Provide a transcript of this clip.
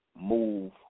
move